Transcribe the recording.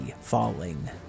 falling